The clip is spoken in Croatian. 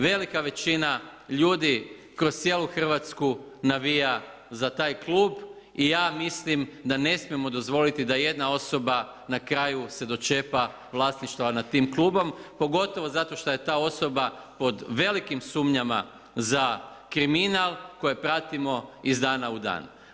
Velika većina ljudi kroz cijelu RH navija za taj klub i ja mislim da ne smijemo dozvoliti da jedna osoba na kraju se dočepa vlasništva nad tim klubom, pogotovo zato što je ta osoba pod velikim sumnjama za kriminal koje pratimo iz dana u dan.